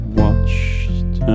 watched